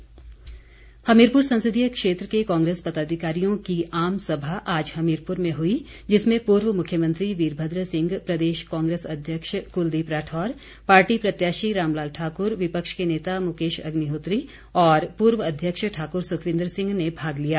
कांग्रेस हमीरपुर हमीरपुर संसदीय क्षेत्र के कांग्रेस पदाधिकारियों की आम सभा आज हमीरपुर में हुई जिसमें पूर्व मुख्यमंत्री वीरभद्र सिंह प्रदेश कांग्रेस अध्यक्ष कुलदीप राठौर पार्टी प्रत्याशी रामलाल ठाकुर विपक्ष के नेता मुकेश अग्निहोत्री और पूर्व अध्यक्ष ठाकुर सुखविन्दर सिंह ने भाग लिया